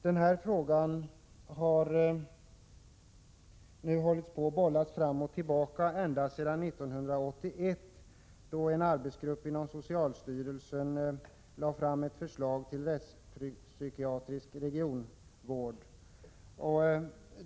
Den här frågan har bollats fram och tillbaka ända sedan 1981, då en arbetsgrupp inom socialstyrelsen lade fram ett förslag om rättspsykiatrisk regionvård.